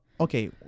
okay